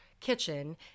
kitchen